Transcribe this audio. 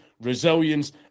resilience